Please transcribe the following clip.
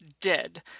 dead